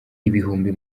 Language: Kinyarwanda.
ibihumbi